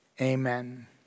amen